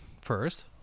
first